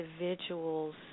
individual's